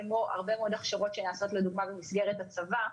כמו הרבה מאוד הכשרות שנעשות במסגרת הצבא,